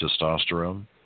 testosterone